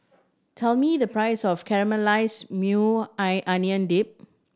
tell me the price of Caramelized Maui Onion Dip